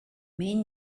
mean